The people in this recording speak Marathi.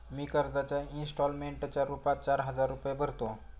मी कर्जाच्या इंस्टॉलमेंटच्या रूपात चार हजार रुपये भरतो